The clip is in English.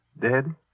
Dead